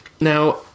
Now